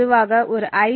பொதுவாக ஒரு ஐ